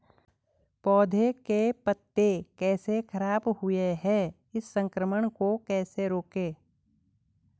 पौधों के पत्ते कैसे खराब हुए हैं इस संक्रमण को कैसे रोकें?